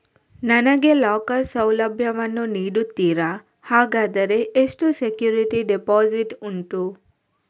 ನನಗೆ ಲಾಕರ್ ಸೌಲಭ್ಯ ವನ್ನು ನೀಡುತ್ತೀರಾ, ಹಾಗಾದರೆ ಎಷ್ಟು ಸೆಕ್ಯೂರಿಟಿ ಡೆಪೋಸಿಟ್ ಉಂಟು?